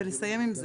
ולסיים עם זה.